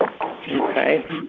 Okay